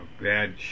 bad